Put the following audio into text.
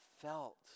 felt